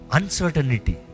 Uncertainty